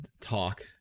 talk